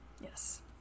Yes